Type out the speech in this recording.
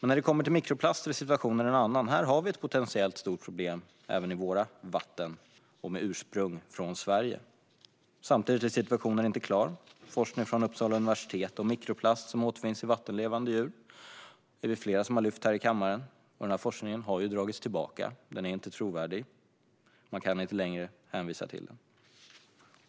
När det kommer till mikroplaster är situationen dock en annan; här har vi ett potentiellt stort problem även i våra vatten och med ursprung i Sverige. Samtidigt är situationen inte klarlagd. Vi är flera här i kammaren som har lyft fram forskning från Uppsala universitet om mikroplast som återfinns i vattenlevande djur. Denna forskning har dragits tillbaka - den är inte trovärdig. Man kan inte längre hänvisa till den.